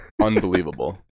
Unbelievable